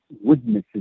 witnesses